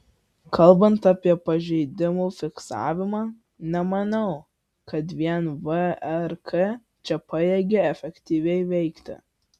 kalbant apie pažeidimų fiksavimą nemanau kad vien vrk čia pajėgi efektyviai veikti